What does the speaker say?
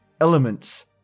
Elements